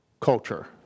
culture